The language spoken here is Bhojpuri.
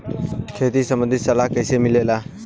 खेती संबंधित सलाह कैसे मिलेला?